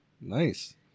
Nice